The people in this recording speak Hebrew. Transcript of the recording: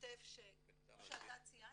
בשוטף כמו שאתה ציינת,